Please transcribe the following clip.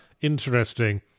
interesting